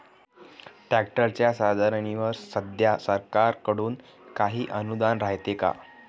ट्रॅक्टरच्या साधनाईवर सध्या सरकार कडून काही अनुदान रायते का?